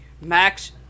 Max